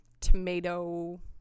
tomato